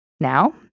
Now